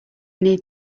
need